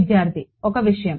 విద్యార్థి ఒక విషయం